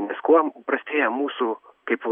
nes kuom prastėja mūsų kaip